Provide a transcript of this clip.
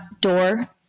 door